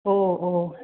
oh oh